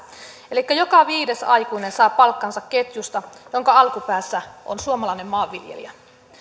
elikkä joka viides aikuinen saa palkkansa ketjusta jonka alkupäässä on suomalainen maanviljelijä